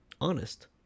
Honest